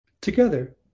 Together